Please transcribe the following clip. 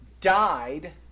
died